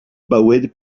bywyd